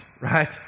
Right